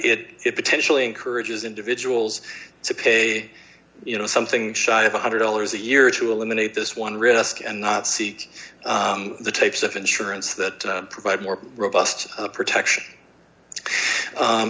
and it potentially encourages individuals to pay you know something shy of one hundred dollars a year to eliminate this one risk and not see the types of insurance that provide more robust protection